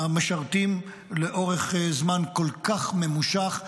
המשרתים לאורך זמן כל כך ממושך.